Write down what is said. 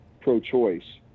pro-choice